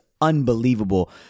unbelievable